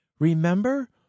Remember